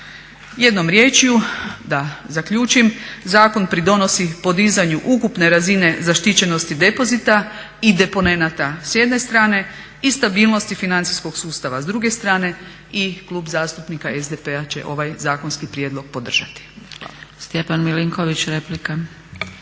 Jednom riječju da zaključim, zakon pridonosi podizanju ukupne razine zaštićenosti depozita i deponenata s jedne strane i stabilnosti financijskog sustava s druge strane. I Klub zastupnika SDP-a će ovaj zakonski prijedlog podržati.